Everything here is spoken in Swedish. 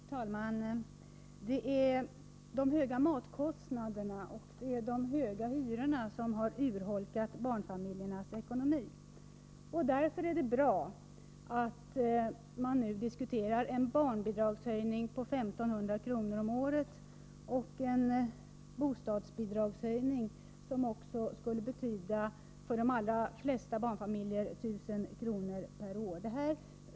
Herr talman! Det är de höga matkostnaderna och de höga hyrorna som har urholkat barnfamiljernas ekonomi. Därför är det bra att man nu diskuterar en barnbidragshöjning på 1 500 kr. om året och en bostadsbidragshöjning som för de allra flesta barnfamiljer skulle betyda 1 000 kr. per år.